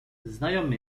znajomy